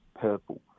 purple